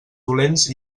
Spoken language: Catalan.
dolents